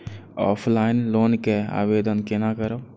Offline loan के आवेदन केना करब?